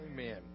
amen